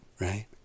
right